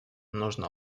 нужно